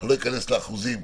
אני לא אכנס לאחוזים,